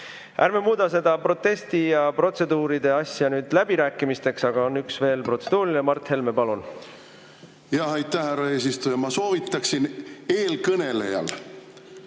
Ärme muuda seda protesti ja protseduuride asja nüüd läbirääkimisteks. Aga on veel üks protseduuriline. Mart Helme, palun! Aitäh, härra eesistuja! Ma soovitaksin eelkõnelejal,